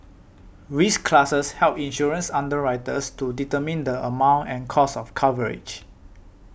risk classes help insurance underwriters to determine the amount and cost of coverage